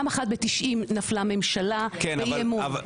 פעם אחת ב-1990 נפלה ממשלה, אי אמון.